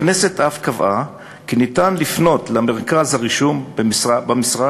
הכנסת אף קבעה כי ניתן לפנות למרכז הרישום במשרד